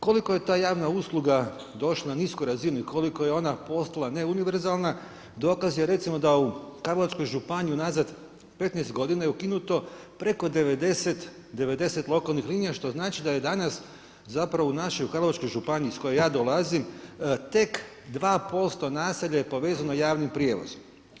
Koliko je ta javna usluga na nisku razinu i koliko je ona postala ne univerzalna, dokaz je recimo da u Karlovačkoj županiji unazad 15 godina je ukinuto preko 90 lokalnih linija, što znači da je danas u našoj Karlovačkoj županiji iz koje ja dolazim te 2% naselja je povezano javnim prijevozom.